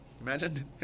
Imagine